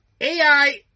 AI